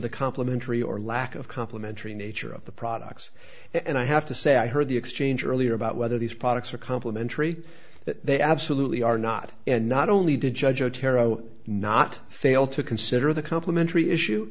the complementary or lack of complementary nature of the products and i have to say i heard the exchange earlier about whether these products are complementary that they absolutely are not and not only did judge otero not fail to consider the complementary issue